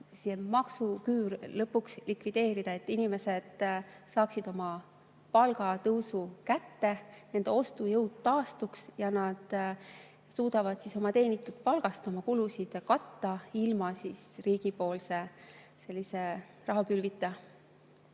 see maksuküür lõpuks likvideerida, et inimesed saaksid oma palgatõusu kätte, nende ostujõud taastuks ja nad suudaksid oma teenitud palgast katta oma kulusid ilma sellise riigi rahakülvita.